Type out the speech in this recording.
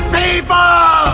gay bar